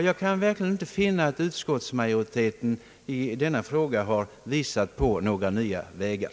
Jag kan verkligen inte finna att utskottsmajoriteten i denna fråga har visat på några nya vägar.